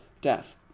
death